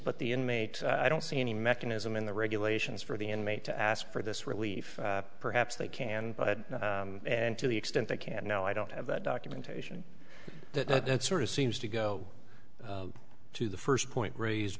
but the inmate i don't see any mechanism in the regulations for the inmate to ask for this relief perhaps they can but and to the extent they can now i don't have that documentation that sort of seems to go to the first point raised